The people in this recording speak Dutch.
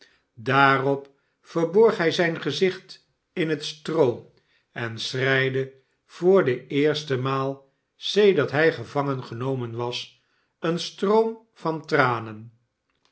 daarop verborg hij zijn gezicht in het stroo en schreide voor de eerste maal sedert hij gevangen genomen was een stroom van tranen